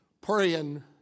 praying